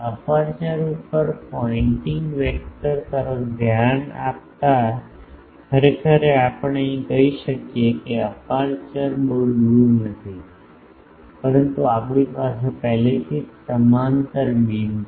aperture ઉપર pointing vector તરફ ધ્યાન આપતા ખરેખર અહીં આપણે કહી શકીએ કે અપેર્ચર બહુ દૂર નથી પરંતુ આપણી પાસે પહેલેથી જ સમાંતર બીમ છે